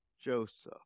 Joseph